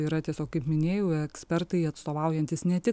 yra tiesiog kaip minėjau ekspertai atstovaujantys ne tik